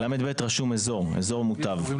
ב-לב כתוב "אזור מוטב".